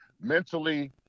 mentally